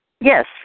Yes